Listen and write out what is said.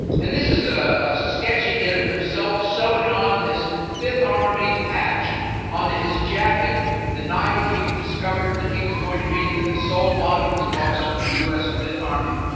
and this is a sketch he did of himself sewing on his fifth army patch onto his jacket the night that he discovered that he was going to be the sole monuments officer for us fifth army.